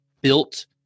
built